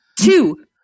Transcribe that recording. Two